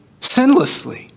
sinlessly